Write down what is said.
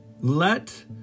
Let